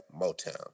Motown